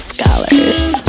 Scholars